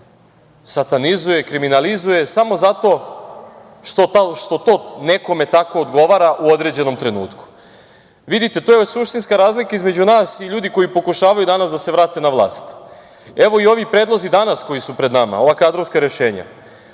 satanizuje, kriminalizuje samo zato što to nekome tako odgovara u određenom trenutku. Vidite, to je suštinska razlika između nas i ljudi koji pokušavaju danas da se vrate na vlast. Evo i ovi predlozi danas koji su pred nama, ova kadrovska rešenja